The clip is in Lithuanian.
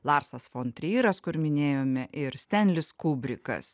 larsas fon tryras kur minėjome ir stenlis kubrikas